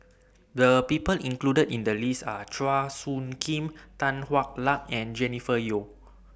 The People included in The list Are Chua Soo Khim Tan Hwa Luck and Jennifer Yeo